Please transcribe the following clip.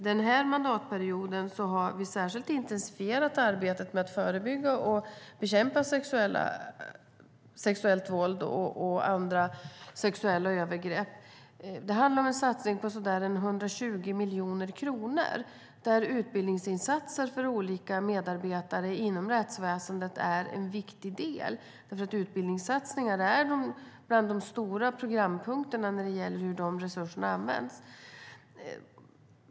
Den här mandatperioden har vi särskilt intensifierat arbetet med att förebygga och bekämpa sexuellt våld och andra sexuella övergrepp. Det handlar om en satsning på så där 120 miljoner kronor. Utbildningsinsatser för olika medarbetare inom rättsväsendet är en viktig del i detta eftersom utbildningssatsningar är bland de stora programpunkterna när det gäller hur resurserna används.